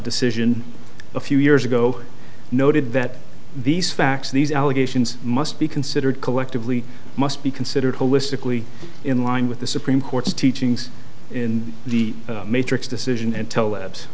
decision a few years ago noted that these facts these allegations must be considered collectively must be considered holistically in line with the supreme court's teachings in the matrix decision and tell abs